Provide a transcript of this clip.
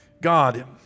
God